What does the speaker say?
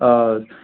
آ